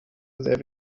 sehr